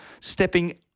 stepping